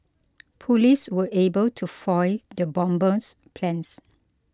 police were able to foil the bomber's plans